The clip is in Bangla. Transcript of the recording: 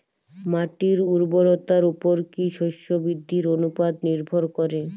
মাটির উর্বরতার উপর কী শস্য বৃদ্ধির অনুপাত নির্ভর করে?